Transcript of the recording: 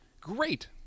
great